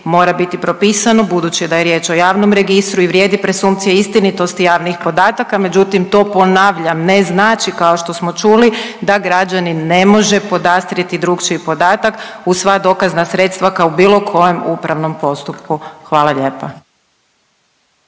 mora biti propisano budući da je riječ o javnom registru i vrijedi presumpcija istinitosti javnih podataka, međutim to ponavljam ne znači kao što smo čuli da građanin ne može podastrijeti drugačiji podatak uz sva dokazna sredstva kao u bilo kojem upravnom postupku. Hvala lijepa.